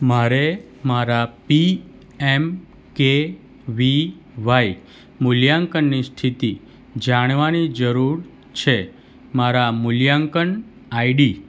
મારે મારા P M K V Y મૂલ્યાંકનની સ્થિતિ જાણવાની જરૂર છે મારા મૂલ્યાંકન આઈડી